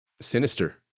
sinister